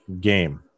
game